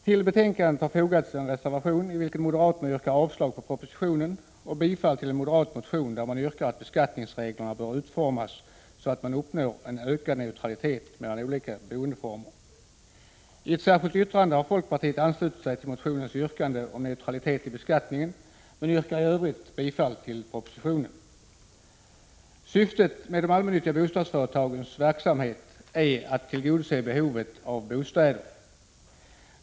Till betänkandet har fogats en reservation, i vilken moderaterna yrkar avslag på propositionen och bifall till en moderat motion, där man yrkar att beskattningsreglerna bör utformas så att man uppnår en ökad neutralitet I ett särskilt yttrande har folkpartiet anslutit sig till motionens yrkande om Prot. 1986/87:130 neutralitet i beskattningen, men yrkar i övrigt bifall till propositionen. 25 maj 1987 Syftet med de allmännyttiga bostadsföretagens verksamhet är att tillgodo se behovet av bostäder.